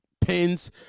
Pins